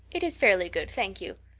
it is fairly good, thank you.